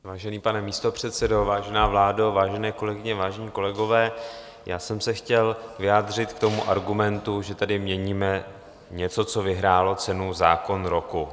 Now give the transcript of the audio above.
Vážený pane místopředsedo, vážená vládo, vážené kolegyně, vážení kolegové, já jsem se chtěl vyjádřit k tomu argumentu, že tady měníme něco, co vyhrálo cenu Zákon roku.